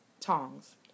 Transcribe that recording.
tongs